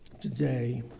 today